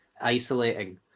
isolating